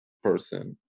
Person